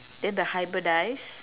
then the hybridise